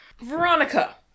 Veronica